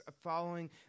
following